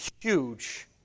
huge